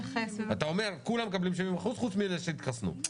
אתה אומר שכולם מקבלים 75% חוץ מאלה --- התחסנו,